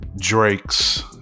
Drakes